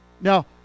Now